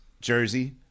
Jersey